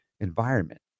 environment